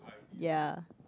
ya